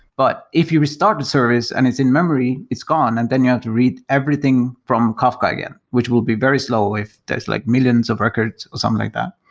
but if you restart th and service and it's in-memory, it's gone, and then you have to read everything from kafka again, which will be very slow if there's like millions of records or something like that.